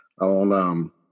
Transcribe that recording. on